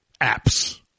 apps